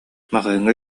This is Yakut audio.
маҕаһыыҥҥа